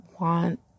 want